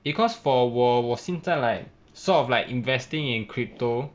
because for 我我现在 like sort of like investing in crypto